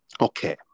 Okay